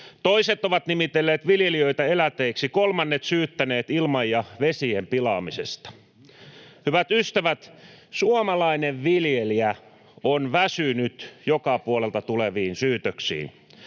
toiset ovat nimitelleet viljelijöitä eläteiksi, kolmannet syyttäneet ilman ja vesien pilaamisesta. Hyvät ystävät, suomalainen viljelijä on väsynyt joka puolelta tuleviin syytöksiin.